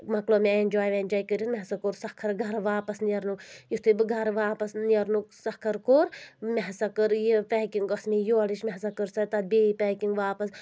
مۄکلو مےٚ اینجاے وینجاے کٔرِتھ مےٚ ہسا کوٚر سکھر گَرٕ واپَس نیرنُک یِتھُے بہٕ گَرٕ واپَس نیرنُک سکھر کوٚر مےٚ ہَسا کٔر یہِ پیکِنگ ٲسۍ مےٚ یورٕچ مےٚ ہَسا کٔرسۄ تتھ بیٚیہِ پیکنگ واپَس